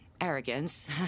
arrogance